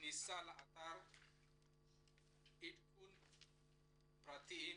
כניסה לאתר, עדכון פרטים,